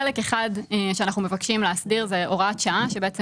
חלק אחד שאנחנו מבקשים להסדיר הוא הוראת שעה שבעצם